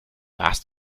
warst